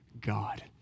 God